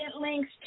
links